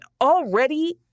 already